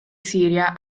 siria